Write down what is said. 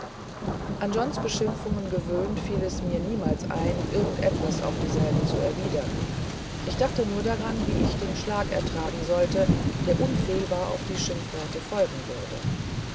johns beschimpfungen gewöhnt fiel es mir niemals ein irgend etwas auf dieselben zu erwidern ich dachte nur daran wie ich den schlag ertragen sollte der unfehlbar auf die schimpfworte folgen würde